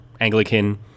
Anglican